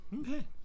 Okay